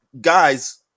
guys